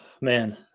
man